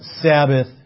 Sabbath